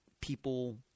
people